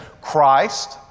Christ